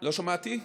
לא שמעתי.